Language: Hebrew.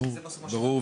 ברור,